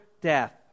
death